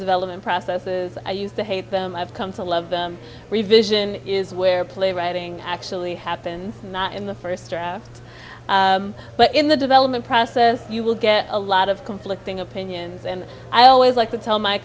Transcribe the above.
development processes i used to hate them i've come to love the revision is where playwriting actually happened not in the first draft but in the development process you will get a lot of conflicting opinions and i always like to tell my